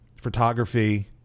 photography